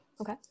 okay